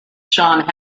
john